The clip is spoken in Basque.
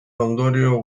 ondorio